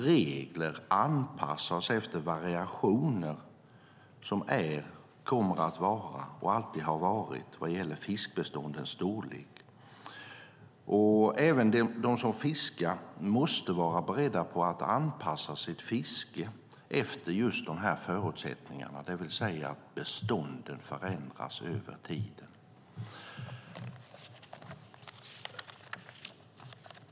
Regler anpassas efter variationer vad gäller fiskbeståndets storlek. Så är det, kommer alltid att vara och har alltid varit. Även de som fiskar måste vara beredda på att anpassa sitt fiske efter just de här förutsättningarna, det vill säga att bestånden förändras över tiden.